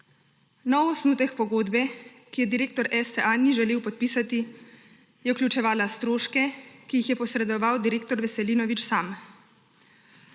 Nov osnutek pogodbe, ki je direktor STA ni želel podpisati, je vključevala stroške, ki jih je posredoval direktor Veselinovič sam.